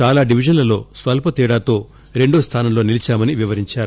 చాలా డివిజన్ లలో స్వల్ప తేడాతో రెండో స్థానంలో నిలిచామని వివరించారు